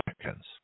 Americans